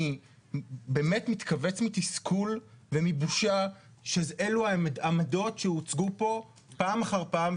אני באמת מתכווץ מתסכול ומבושה שאלו העמדות שהוצגו פה פעם אחר פעם,